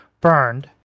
burned